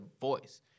voice